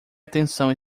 atenção